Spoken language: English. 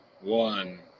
one